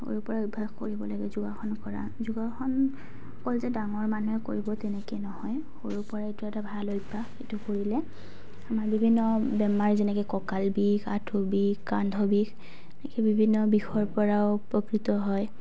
সৰুৰপৰাই অভ্যাস কৰিব লাগে যোগাসন কৰা যোগাসন অকল যে ডাঙৰ মানুহে কৰিব তেনেকুৱা নহয় সৰুৰপৰাই এইটো এটা ভাল অভ্যাস এইটো কৰিলে আমাৰ বিভিন্ন বেমাৰ যেনেকৈ কঁকাল বিষ আঁঠু বিষ কান্ধ বিষ এনেকৈ বিভিন্ন বিষৰপৰাও উপকৃত হয়